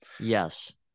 Yes